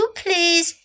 please